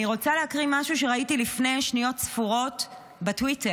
אני רוצה להקריא משהו שראיתי לפני שניות ספורות בטוויטר,